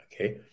Okay